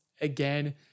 again